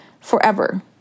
forever